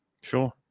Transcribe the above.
Sure